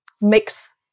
mix